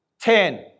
Ten